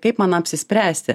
kaip man apsispręsti